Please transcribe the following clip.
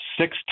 six